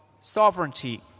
sovereignty